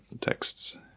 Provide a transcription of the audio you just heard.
texts